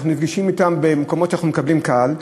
אנחנו נפגשים אתם במקומות שבהם אנחנו מקבלים קהל,